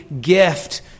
gift